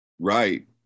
Right